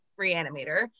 reanimator